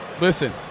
Listen